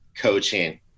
coaching